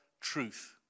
truth